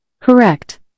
Correct